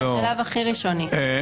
זה השלב הכי ראשוני,